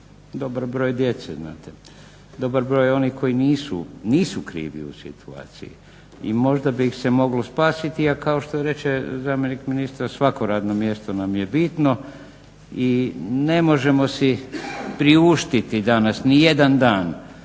dobar broj djece znate, dobar broj onih koji nisu krivi u situaciji. I možda bi ih se moglo spasiti. A kao što reče zamjenik ministra svako radno mjesto nam je bitno i ne možemo si priuštiti danas nijedan dan